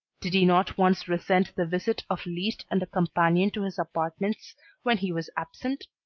did he not once resent the visit of liszt and a companion to his apartments when he was absent?